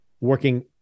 working